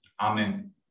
Amen